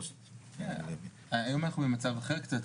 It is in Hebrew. היום אנחנו במצב אחר קצת,